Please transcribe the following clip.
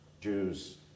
Jews